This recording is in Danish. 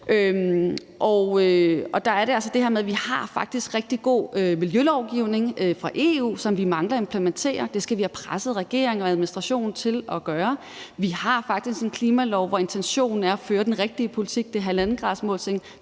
har en rigtig god miljølovgivning fra EU, som vi mangler at implementere. Det skal vi have presset regeringen til at gøre. Vi har faktisk en klimalov, hvor intentionen er at føre den rigtige politik – det er 1,5-gradersmålsætningen